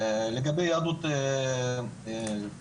לגבי יהדות קווקז,